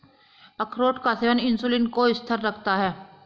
अखरोट का सेवन इंसुलिन को स्थिर रखता है